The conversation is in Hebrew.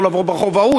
לא לעבור ברחוב ההוא,